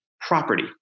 property